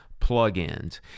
plugins